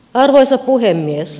arvoisa puhemies